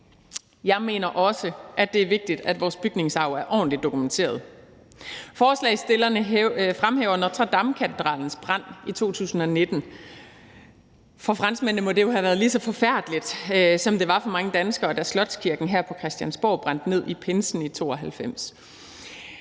Jeg mener også, at det er vigtigt, at vores bygningsarv er ordentligt dokumenteret. Forslagsstillerne fremhæver Notre-Dame-katedralens brand i 2019. For franskmændene må det jo have været lige så forfærdeligt, som det var for mange danskere, da Slotskirken her på Christiansborg brændte ned i pinsen i 1992.